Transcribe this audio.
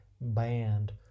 band